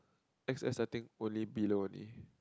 X_S I think only below only